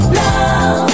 love